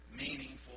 meaningful